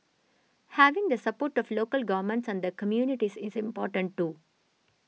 having the support of local governments and the communities is important too